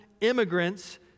immigrants